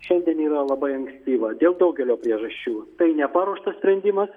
šiandien yra labai ankstyva dėl daugelio priežasčių tai neparuoštas sprendimas